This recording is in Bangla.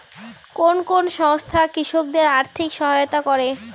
কোন কোন সংস্থা কৃষকদের আর্থিক সহায়তা করে?